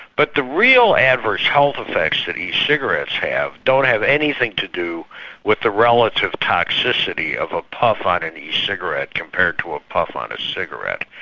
but the real adverse health effects that e-cigarette have don't have anything to do with the relative toxicity of a puff on an e-cigarette compared to a puff on a cigarette.